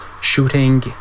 shooting